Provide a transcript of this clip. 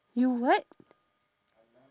you what